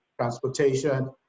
transportation